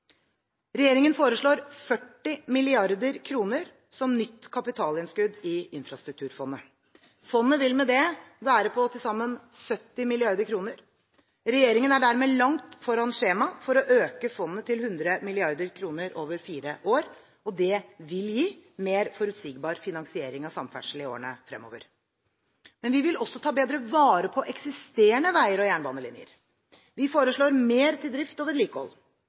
Regjeringen foreslår 40 mrd. kr som nytt kapitalinnskudd til infrastrukturfondet. Fondet vil med dette være på til sammen 70 mrd. kr. Regjeringen er dermed langt foran skjema for å øke fondet til 100 mrd. kr over fire år. Det vil gi mer forutsigbar finansiering av samferdsel i årene fremover. Vi vil også ta bedre vare på eksisterende veier og jernbanelinjer. Vi foreslår mer til drift og vedlikehold.